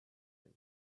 him